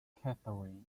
katherine